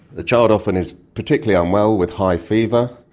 the child often is particularly unwell with high fever,